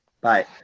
Bye